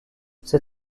ces